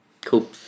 Cool